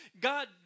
God